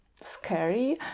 scary